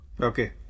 Okay